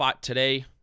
today